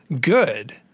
good